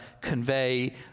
convey